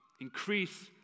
increase